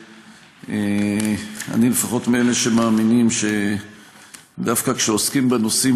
אני מאלה שמאמינים שדווקא כשעוסקים בנושאים